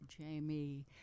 Jamie